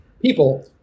People